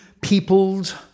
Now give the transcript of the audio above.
peoples